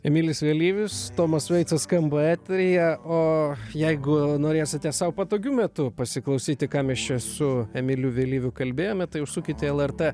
emilis vėlyvis tomas vaitsas skamba eteryje o jeigu norėsite sau patogiu metu pasiklausyti ką mes čia su emiliu vėlyviu kalbėjome tai užsukite į lrt